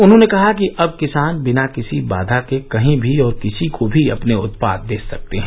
उन्होंने कहा कि अब किसान बिना किसी बाधा के कहीं भी और किसी को भी अपने उत्पाद बेच सकते हैं